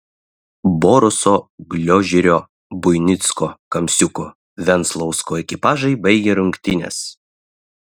boruso gliožerio buinicko kamsiuko venslausko ekipažai baigė rungtynes